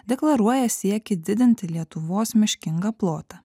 deklaruoja siekį didinti lietuvos miškingą plotą